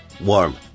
warm